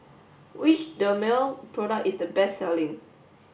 which Dermale product is the best selling